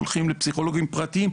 הולכים לפסיכולוגים פרטיים,